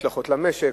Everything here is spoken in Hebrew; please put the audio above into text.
השלכות על המשק,